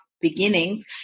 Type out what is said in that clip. beginnings